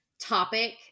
topic